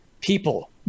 People